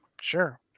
sure